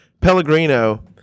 Pellegrino